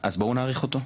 אז בואו נאריך אותו.